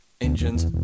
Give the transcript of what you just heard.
engines